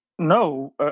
No